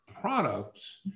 products